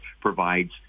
provides